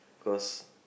cause